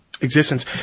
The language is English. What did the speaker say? existence